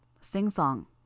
sing-song